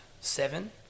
seven